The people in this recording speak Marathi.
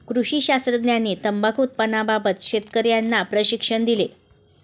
कृषी शास्त्रज्ञांनी तंबाखू उत्पादनाबाबत शेतकर्यांना प्रशिक्षण दिले